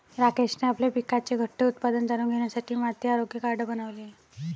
राकेशने आपल्या पिकाचे घटते उत्पादन जाणून घेण्यासाठी माती आरोग्य कार्ड बनवले